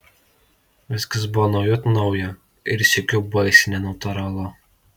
viskas buvo naujut nauja ir sykiu baisiai nenatūralu